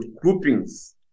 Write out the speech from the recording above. groupings